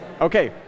Okay